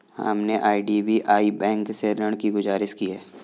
हमने IDBI bank से ऋण की गुजारिश की है